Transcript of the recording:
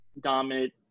dominant